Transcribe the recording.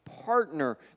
partner